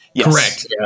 Correct